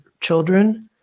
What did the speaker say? children